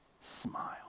smile